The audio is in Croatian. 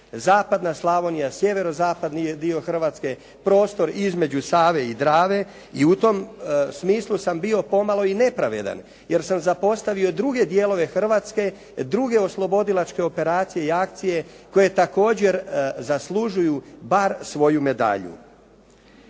zapadna Slavonija, sjeverozapadni dio Hrvatske, prostor između Save i Drave i u tom smislu sam bio pomalo i nepravedan jer sam zapostavio druge dijelove Hrvatske, druge oslobodilačke operacija i akcije koje također zaslužuju bar svoju medalju.